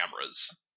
cameras